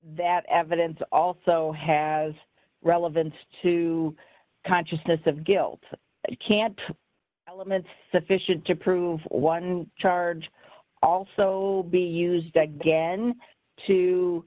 that evidence also has relevance to consciousness of guilt can't elements sufficient to prove one charge also be used again to